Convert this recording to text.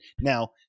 Now